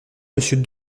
monsieur